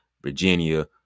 Virginia